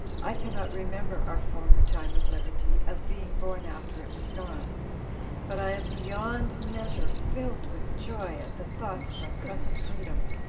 i cannot remember our former time of liberty, as being born after it was gone but i am beyond measure filled with joy at the thoughts of our present freedom.